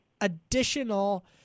additional